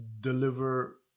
deliver